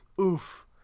oof